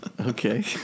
Okay